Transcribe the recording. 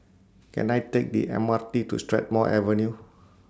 Can I Take The M R T to Strathmore Avenue